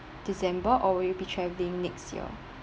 december or will you be travelling next year